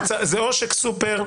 זה עושק סופר.